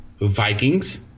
Vikings